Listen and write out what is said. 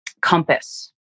compass